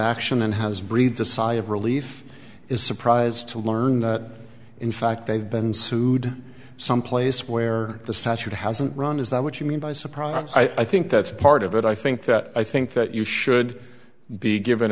action and has breathed a sigh of relief is surprised to learn that in fact they've been sued someplace where the statute hasn't run is that what you mean by surprise i think that's part of it i think that i think that you should be given